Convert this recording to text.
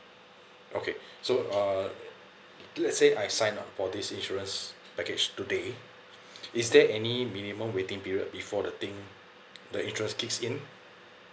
okay so uh let's say I sign up for this insurance package today is there any minimum waiting period before the thing the insurance kicks in